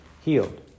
healed